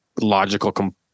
logical